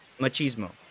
machismo